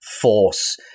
force